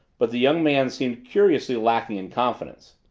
but the young man seemed curiously lacking in confidence.